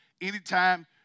Anytime